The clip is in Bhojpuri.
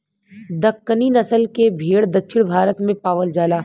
दक्कनी नसल के भेड़ दक्षिण भारत में पावल जाला